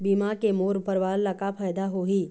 बीमा के मोर परवार ला का फायदा होही?